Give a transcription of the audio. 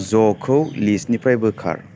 ज'खौ लिस्टनिफ्राय बोखार